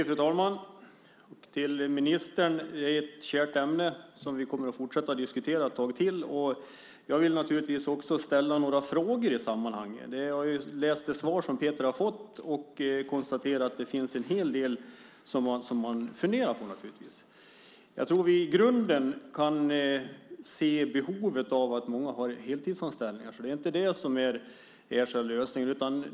Fru talman! Det här är ett kärt ämne som vi kommer att fortsätta diskutera ett tag till, ministern. Jag vill ställa några frågor i sammanhanget. Jag har läst det svar som Peter har fått och kan konstatera att det finns en hel del som man funderar på. Jag tror att vi i grunden kan se behovet av att många har heltidsanställningar. Det är alltså inte det som skiljer oss åt.